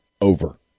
over